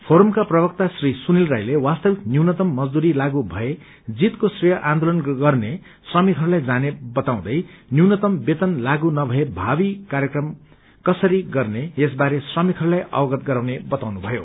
फोरमका प्रवक्ता श्री सुनिल राईले वास्तविक न्यूनतम मजदूरी लाग भए जीतको श्रेय आन्चोलन गर्ने श्रमिकहरूलाई जाने वताउँदै न्यूनतम वेतन लागू नभए भावी कार्यक्रम कसरी गर्ने यस बारे श्रमिकहरूलाई अवगत गराउने बताउनु भयो